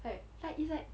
like it's like